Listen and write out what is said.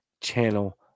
channel